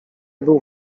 był